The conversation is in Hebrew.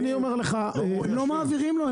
אני אומר לך, לא מעבירים לו.